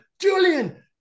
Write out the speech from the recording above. Julian